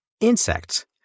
Insects